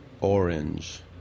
orange